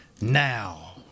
now